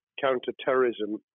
counter-terrorism